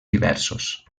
diversos